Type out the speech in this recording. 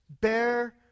Bear